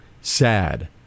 Sad